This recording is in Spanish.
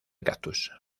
cactus